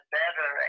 better